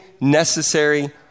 necessary